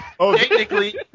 technically